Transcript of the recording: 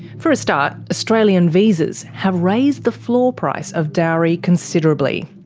for a start, australian visas have raised the floor price of dowry considerably.